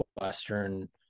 Western